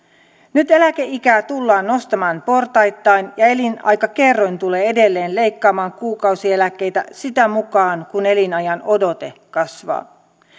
nyt eläkeikää tullaan nostamaan portaittain ja elinaikakerroin tulee edelleen leikkaamaan kuukausieläkkeitä sitä mukaa kuin elinajanodote kasvaa